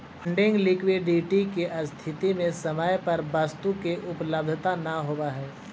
funding liquidity के स्थिति में समय पर वस्तु के उपलब्धता न होवऽ हई